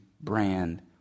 brand